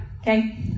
Okay